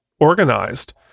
organized